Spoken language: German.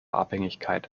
abhängigkeit